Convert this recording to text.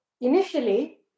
Initially